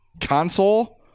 console